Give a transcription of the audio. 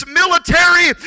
military